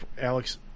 Alex